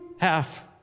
half